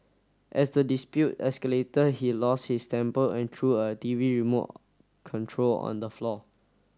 as the dispute escalator he lost his temper and threw a T V remote control on the floor